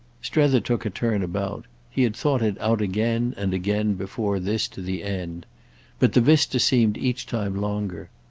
strether took a turn about he had thought it out again and again before this, to the end but the vista seemed each time longer.